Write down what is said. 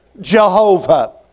Jehovah